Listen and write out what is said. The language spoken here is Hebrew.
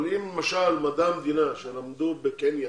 אבל אם למשל מדעי המדינה שלמדו בקניה